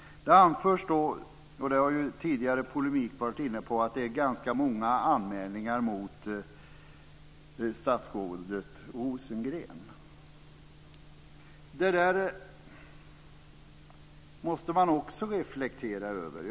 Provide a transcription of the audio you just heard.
Det anförs, och det har tidigare polemik varit inne på, att det varit ganska många anmälningar mot statsrådet Rosengren. Det där måste man också reflektera över.